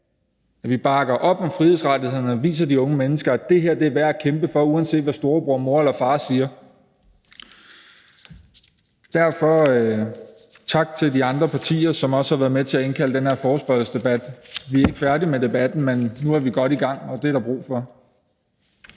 dag. Vi bakker op om frihedsrettighederne og viser de unge mennesker, at det her er værd at kæmpe for, uanset hvad storebror, mor eller far siger. Derfor tak til de andre partier, som også har været med til at indkalde til den her forespørgselsdebat. Vi er ikke færdige med debatten, men nu er vi godt i gang, og det er der brug for.